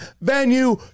venue